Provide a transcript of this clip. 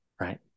right